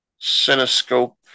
Cinescope